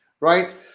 right